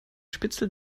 spitzel